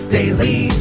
Daily